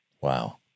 Wow